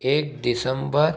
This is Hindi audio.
एक दिसंबर